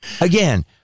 again